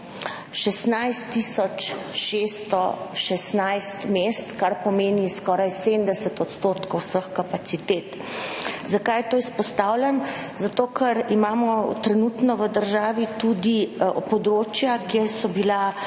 616 mest, kar pomeni skoraj 70 % vseh kapacitet. Zakaj to izpostavljam? Zato ker imamo trenutno v državi tudi področja, kjer so bile